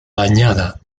dañada